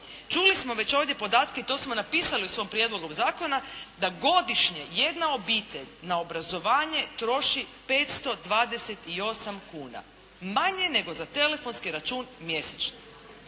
Čuli smo već ovdje podatke i to smo napisali u svom prijedlogu zakona, da godišnje jedna obitelj na obrazovanje troši 528 kuna, manje nego za telefonski račun mjesečno.